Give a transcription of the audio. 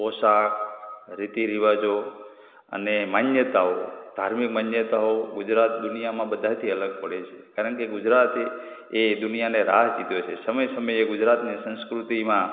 પોશાક રીતિ રીવાજો અને માન્યતાઓ ધાર્મિક માન્યતાઓ ગુજરાત દુનિયામાં બધાથી અલગ પડે છે કારણકે ગુજરાતી એ દુનિયાને રાહ ચીંધે છે સમયે સમયે ગુજરાતની સંસ્કૃતિમાં